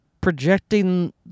projecting